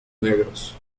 negros